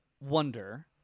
wonder